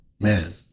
man